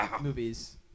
movies